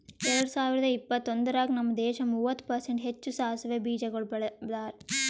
ಎರಡ ಸಾವಿರ ಇಪ್ಪತ್ತೊಂದರಾಗ್ ನಮ್ ದೇಶ ಮೂವತ್ತು ಪರ್ಸೆಂಟ್ ಹೆಚ್ಚು ಸಾಸವೆ ಬೀಜಗೊಳ್ ಬೆಳದಾರ್